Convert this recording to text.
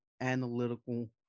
analytical